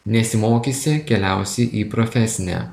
nesimokysi keliausi į profesinę